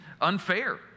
unfair